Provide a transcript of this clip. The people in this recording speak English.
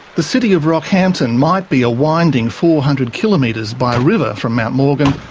the city of rockhampton might be a winding four hundred kilometres by river from mount morgan,